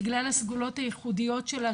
בגלל הסגולות הייחודיות שלה,